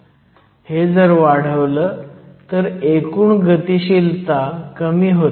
हे जर वाढवलं तर एकूण गतीशीलता कमी होते